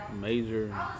major